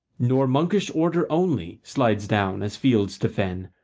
nor monkish order only slides down, as field to fen,